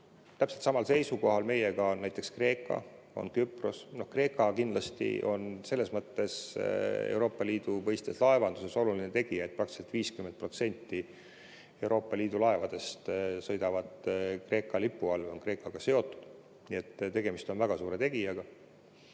täpselt samal seisukohal meiega on näiteks Kreeka ja Küpros. Kreeka kindlasti on selles mõttes Euroopa Liidu mõistes laevanduses oluline tegija, et praktiliselt 50% Euroopa Liidu laevadest sõidavad Kreeka lipu all, on Kreekaga seotud. Nii et tegemist on väga suure tegijaga.